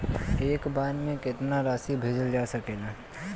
एक बार में केतना राशि भेजल जा सकेला?